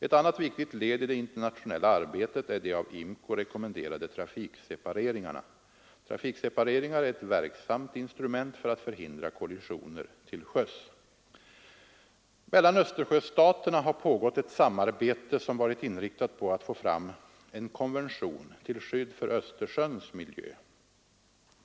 Ett annat viktigt led i det internationella arbetet är de av IMCO rekommenderade trafiksepareringarna. Trafiksepareringar är ett verksamt instrument för att förhindra kollisioner till sjöss. Mellan Östersjöstaterna har pågått ett samarbete som varit inriktat på att få fram en konvention till skydd för Östersjöns miljö.